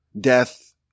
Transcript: Death